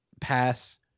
pass